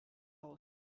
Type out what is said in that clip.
haus